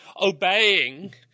obeying